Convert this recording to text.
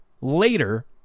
later